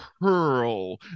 Pearl